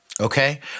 okay